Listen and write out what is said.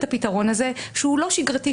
אנחנו מייצרים את הפתרון הזה שהוא לא שגרתי.